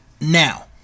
Now